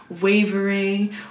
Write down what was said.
wavering